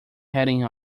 heading